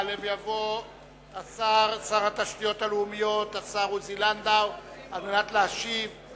יעלה ויבוא שר התשתיות הלאומיות עוזי לנדאו על מנת להשיב,